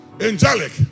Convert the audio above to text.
angelic